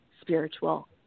spiritual